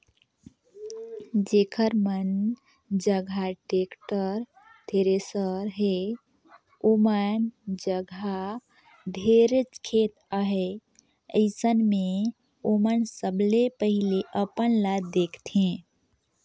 जेखर मन जघा टेक्टर, थेरेसर हे ओमन जघा ढेरेच खेत अहे, अइसन मे ओमन सबले पहिले अपन ल देखथें